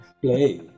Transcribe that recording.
play